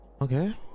Okay